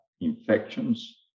infections